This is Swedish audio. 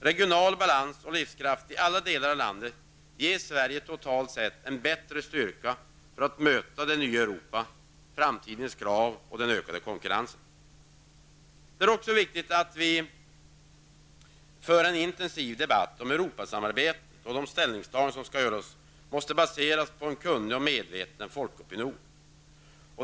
Regional balans och livskraft i alla delar av landet ger Sverige totalt sett en bättre styrka för att möta det nya Europa, framtidens krav och den ökade konkurrensen. Det är också viktigt att vi för en intensiv debatt om Europasamarbetet. Ställningstagandena måste baseras på en kunnig och medveten folkopinion.